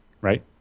right